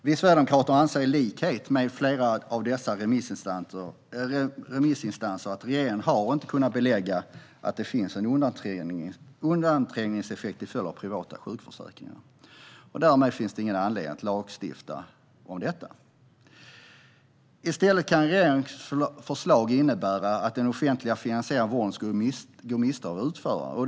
Vi sverigedemokrater anser i likhet med flera av dessa remissinstanser att regeringen inte har kunnat belägga att det finns en undanträngningseffekt till följd av privata sjukförsäkringar. Därmed finns det ingen anledning att lagstifta om detta. I stället kan regeringens förslag innebära att den offentligt finansierade vården skulle gå miste om utförare.